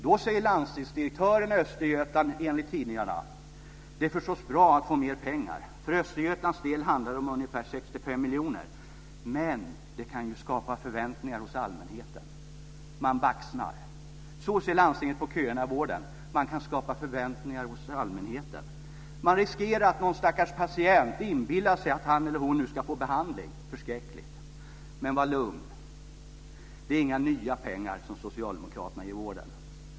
Då säger landstingsdirektören i Östergötland enligt tidningarna så här: "Det är förstås bra att vi får mera pengar. För Östergötlands del handlar det om ungefär 65 miljoner. Men det kan skapa förväntningar hos allmänheten". Man baxnar! Så ser landstinget på köerna i vården. Man riskerar att någon stackars patient inbillar sig att han eller hon nu ska få behandling. Det är förskräckligt. Men var lugn. Det är inga nya pengar som socialdemokraterna ger vården.